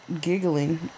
giggling